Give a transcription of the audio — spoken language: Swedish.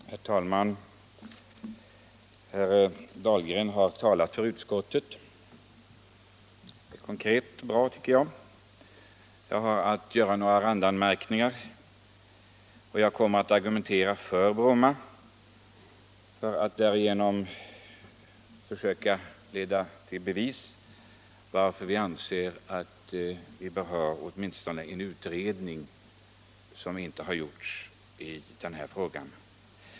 Herr talman! Herr Dahlgren har talat för utskottet — konkret och bra tycker jag. Jag kommer att göra några randanmärkningar, och jag kommer att argumentera för Bromma för att därigenom försöka leda i bevis varför vi anser att vi bör ha åtminstone en utredning som inte gjorts i denna fråga.